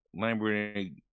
Lamborghini